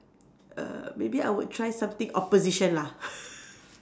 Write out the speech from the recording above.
err maybe I would try something opposition lah